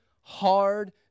hard